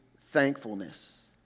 thankfulness